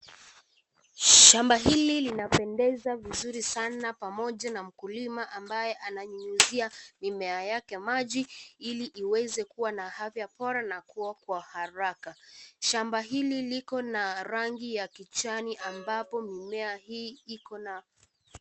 Shamba hili linapendeza vizuri sana pamoja na mkulima ambaye ananyunyizia mimea yake maji ili iweze kuwa na afya bora na kuwa kwa haraka. Shamba hili liko na rangi ya kijani ambapo mimea hii iko na.